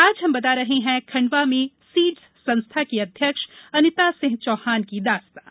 आज हम बता रहे हैं खंडवा में सीड्स संस्था की अध्यक्ष अनिता सिंह चौहान की दास्तां